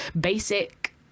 basic